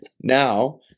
Now